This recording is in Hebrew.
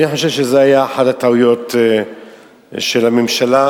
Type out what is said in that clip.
אני חושב שזאת היתה אחת הטעויות של הממשלה,